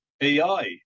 AI